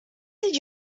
did